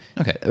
okay